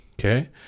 okay